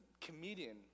comedian